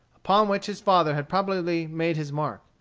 upon which his father had probably made his mark.